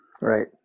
Right